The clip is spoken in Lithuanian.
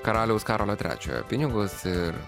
karaliaus karolio trečiojo pinigus ir